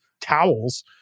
towels